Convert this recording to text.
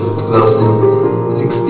2016